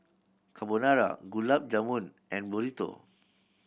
Carbonara Gulab Jamun and Burrito